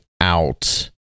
out